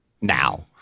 now